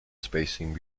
spacing